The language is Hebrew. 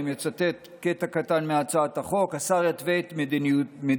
אני מצטט קטע קטן מהצעת החוק: "השר יתווה את מדיניות